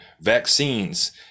vaccines